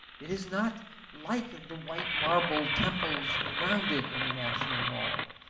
it is not like the white marble temples around it in the national mall.